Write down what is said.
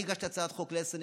אני הגשתי הצעת חוק לעשר נקודות,